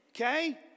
Okay